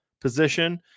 position